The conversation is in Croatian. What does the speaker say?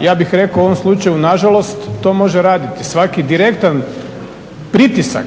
ja bih rekao u ovom slučaju nažalost to može raditi svaki direktan pritisak